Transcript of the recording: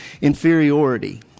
inferiority